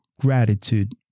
gratitude